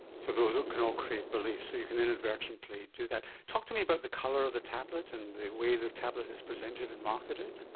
so those can all create beliefs, so you can inadvertently do that. talk to me about the colour of the tablet and the way the tablet is presented and marketed?